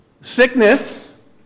Sickness